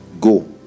go